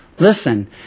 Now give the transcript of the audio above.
Listen